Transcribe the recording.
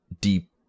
deep